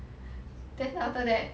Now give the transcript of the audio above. then after that